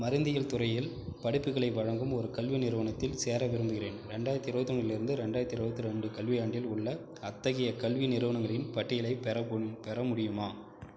மருந்தியல் துறையில் படிப்புகளை வழங்கும் ஒரு கல்வி நிறுவனத்தில் சேர விரும்புகிறேன் ரெண்டாயிரத்து இருபத்தி ஒன்னிலிருந்து ரெண்டாயிரத்து இருபத்தி ரெண்டு கல்வியாண்டில் உள்ள அத்தகைய கல்வி நிறுவனங்களின் பட்டியலைப் பெற பெற முடியுமா